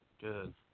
good